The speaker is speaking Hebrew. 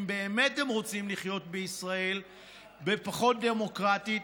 אם באמת הם רוצים לחיות בישראל או בפחות דמוקרטיה,